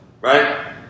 right